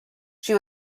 she